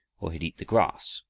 or he'd eat the grass,